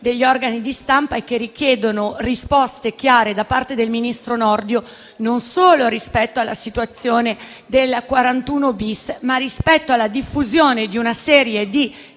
degli organi di stampa, che richiedono risposte chiare da parte del ministro Nordio, non solo quanto alla situazione dell'articolo 41-*bis*, ma anche quanto alla diffusione di una serie di